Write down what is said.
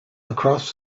across